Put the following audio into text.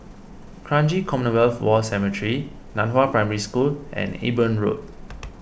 Kranji Commonwealth War Cemetery Nan Hua Primary School and Eben Road